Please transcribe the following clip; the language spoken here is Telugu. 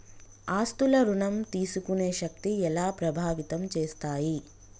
ఆస్తుల ఋణం తీసుకునే శక్తి ఎలా ప్రభావితం చేస్తాయి?